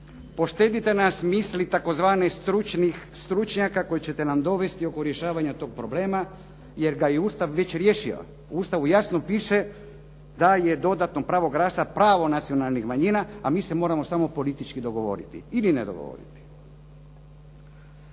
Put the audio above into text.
Poštedite nas misli tzv. stručnih stručnjaka koje ćete nam dovesti oko rješavanja tog problema, jer ga je Ustav već riješio. U Ustavu jasno piše da je dodatno pravo glasa pravo nacionalnih manjina, a mi se moramo samo politički dogovoriti ili ne dogovoriti.